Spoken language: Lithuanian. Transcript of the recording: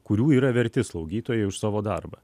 kurių yra verti slaugytojai už savo darbą